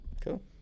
Cool